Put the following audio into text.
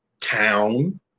town